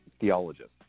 theologist